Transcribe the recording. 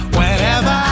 Whenever